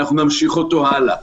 ימשיך הלאה.